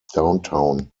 downtown